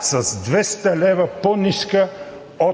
200 лв. по-ниска от